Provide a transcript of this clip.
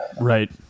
Right